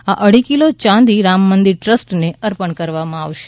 આ અઢી કિલો ચાંદી રામ મંદિર ટ્રસ્ટ ને અર્પણ કરવામાં આવશે